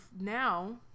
now